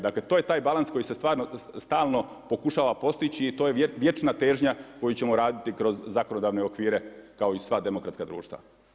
Dakle to je taj balans koji se stalno pokušava postići i to je vječna težnja koju ćemo raditi kroz zakonodavne okvire kao i sva demokratska društva.